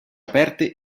aperte